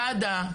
כוועדה,